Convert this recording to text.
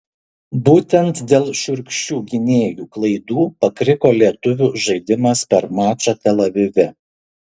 būtent dėl šiurkščių gynėjų klaidų pakriko lietuvių žaidimas per mačą tel avive